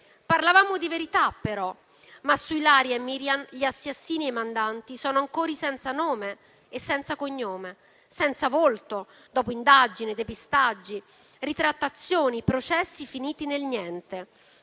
Parlavamo di verità, ma su Ilaria e Miran gli assassini e i mandanti sono ancora senza nome e senza cognome, senza volto, dopo indagini, depistaggi, ritrattazioni, processi finiti nel niente.